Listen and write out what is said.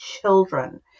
children